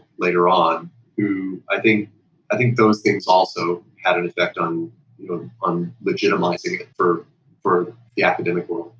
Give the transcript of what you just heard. later on who i think i think those things also had an effect on you know on legitimacy for for the academic world.